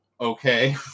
okay